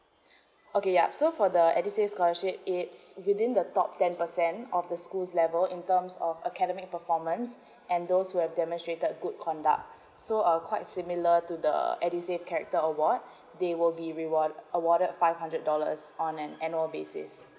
okay ya so for the uh edusave scholarship it's within the top ten percent of the school's level in terms of academic performance and those who have demonstrated good conduct so uh quite similar to the edusave character award they will be reward awarded five hundred dollars on an annual basis